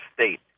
state